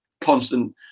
constant